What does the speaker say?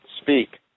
Speak